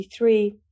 1993